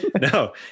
no